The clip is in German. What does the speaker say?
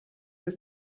des